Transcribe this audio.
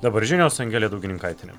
dabar žinios angelė daugininkaitienė